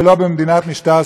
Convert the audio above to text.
ולא במדינת משטר סובייטי.